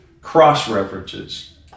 cross-references